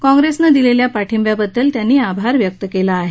काँग्रेसनं दिलेल्या पाठिंब्याबद्दल त्यांनी आभार व्यक्त केले आहेत